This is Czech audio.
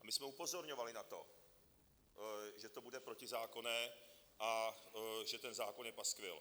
My jsme upozorňovali na to, že to bude protizákonné a že ten zákon je paskvil.